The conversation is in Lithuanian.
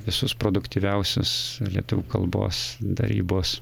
visus produktyviausius lietuvių kalbos darybos